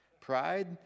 Pride